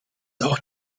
auch